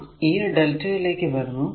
നാം ഈ lrmΔ ലേക്ക് വരുന്നു